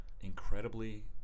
incredibly